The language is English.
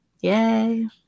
Yay